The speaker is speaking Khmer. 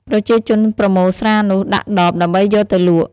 ប្រជាជនប្រមូលស្រានោះដាក់ដប ដើម្បីយកទៅលក់។